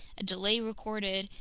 a delay recorded,